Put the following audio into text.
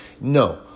No